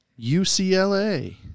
UCLA